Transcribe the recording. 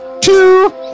two